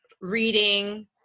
reading